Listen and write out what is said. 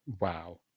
Wow